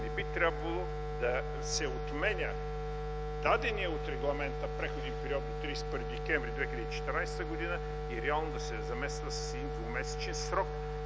не би трябвало да се отменя даденият от регламента преходен период до 31 декември 2014 г. и реално да се замества с един двумесечен срок,